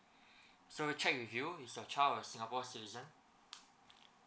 so check with you is your child a singapore citizen